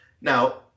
Now